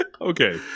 Okay